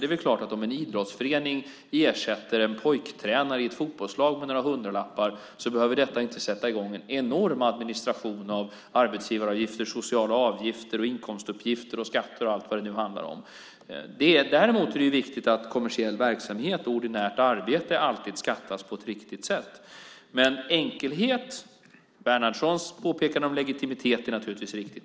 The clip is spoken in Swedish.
Det är klart att om en idrottsförening ersätter en pojktränare i ett fotbollslag med några hundralappar behöver detta inte sätta i gång en enorm administration av arbetsgivaravgifter, sociala avgifter, inkomstuppgifter, skatter och allt vad det handlar om. Däremot är det viktigt att kommersiell verksamhet och ordinärt arbete alltid skattas på ett riktigt sätt. Det är fråga om enkelhet. Bernhardssons påpekande om legitimitet är naturligtvis riktigt.